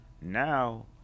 now